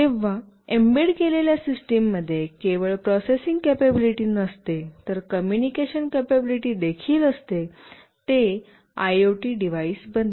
जेव्हा एम्बेड केलेल्या सिस्टममध्ये केवळ प्रोसेसिंग कपॅबिलिटी नसते तर कम्युनिकेशन कपॅबिलिटी देखील असते ते आयओटी डिव्हाइस बनते